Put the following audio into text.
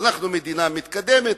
ואנחנו מדינה מתקדמת.